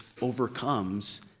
overcomes